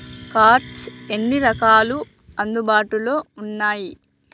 Cards ఎన్ని రకాలు అందుబాటులో ఉన్నయి?